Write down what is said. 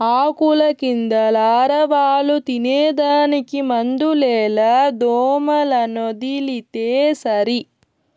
ఆకుల కింద లారవాలు తినేదానికి మందులేల దోమలనొదిలితే సరి